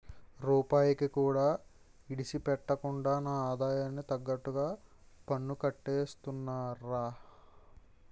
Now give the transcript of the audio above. రూపాయికి కూడా ఇడిసిపెట్టకుండా నా ఆదాయానికి తగ్గట్టుగా పన్నుకట్టేస్తున్నారా